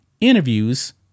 interviews